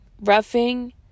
roughing